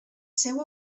seu